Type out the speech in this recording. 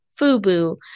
FUBU